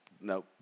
no